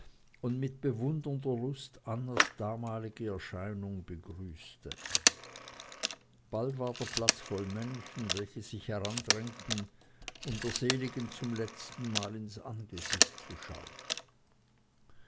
und mit bewundernder lust annas damalige erscheinung begrüßte bald war der platz voll menschen welche sich herandrängten um der seligen zum letzten mal ins angesicht zu schauen